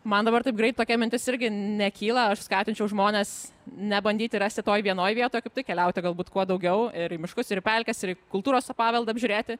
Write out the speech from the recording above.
man dabar taip greit tokia mintis irgi nekyla aš skatinčiau žmones ne bandyti rasti toj vieno vietoj o kaip tik keliauti galbūt kuo daugiau ir į miškus ir į pelkes ir į kultūros paveldą apžiūrėti